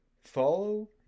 Follow